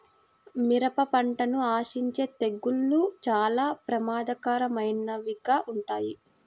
మిరప పంటను ఆశించే తెగుళ్ళు చాలా ప్రమాదకరమైనవిగా ఉంటాయి